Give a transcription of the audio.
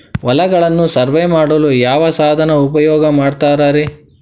ಹೊಲಗಳನ್ನು ಸರ್ವೇ ಮಾಡಲು ಯಾವ ಸಾಧನ ಉಪಯೋಗ ಮಾಡ್ತಾರ ರಿ?